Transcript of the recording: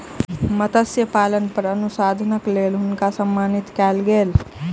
मत्स्य पालन पर अनुसंधानक लेल हुनका सम्मानित कयल गेलैन